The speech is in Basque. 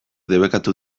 debekatu